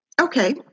Okay